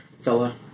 fella